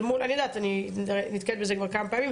אני יודעת כי אני נתקלת בזה כבר כמה פעמים,